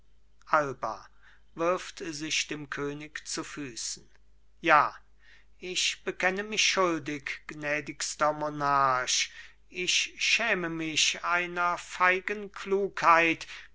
alba wirft sich dem könig zu füßen ja ich bekenne mich schuldig gnädigster monarch ich schäme mich einer feigen klugheit